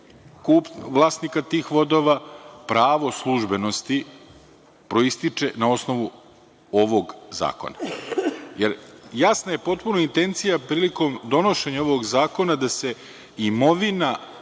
vlasnika tih vodova, pravo službenosti proističe na osnovu ovog zakona. Jasna je potpuno intencija prilikom donošenja ovog zakona da se imovina